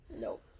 Nope